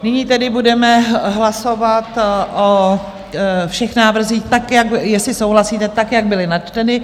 Nyní tedy budeme hlasovat o všech návrzích, tak jestli souhlasíte jak byly načteny.